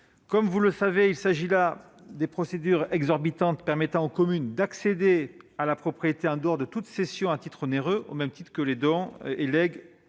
Comme vous le savez, il s'agit de l'une des procédures exorbitantes permettant aux communes d'accéder à la propriété en dehors de toute cession à titre onéreux, au même titre que les dons et